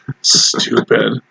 Stupid